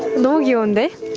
know you owned a